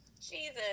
jesus